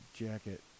jacket